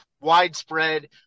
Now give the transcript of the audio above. widespread